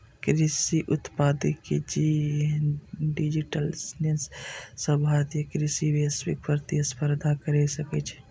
कृषि उत्पाद के डिजिटाइजेशन सं भारतीय कृषि वैश्विक प्रतिस्पर्धा कैर सकै छै